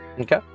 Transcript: Okay